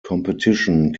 competition